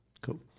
Cool